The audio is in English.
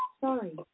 Sorry